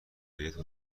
بهت